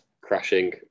crashing